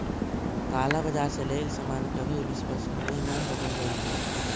काला बाजार से लेइल सामान कभी विश्वसनीय न होवअ हई